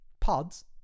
pods